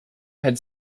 had